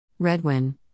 Redwin